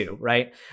right